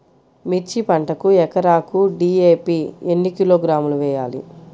మిర్చి పంటకు ఎకరాకు డీ.ఏ.పీ ఎన్ని కిలోగ్రాములు వేయాలి?